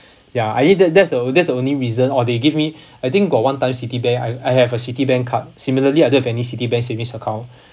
ya I think that that's the that's the only reason uh they give me I think got one time citibank I I have a citibank card similarly I don't have any citibank savings account